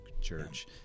church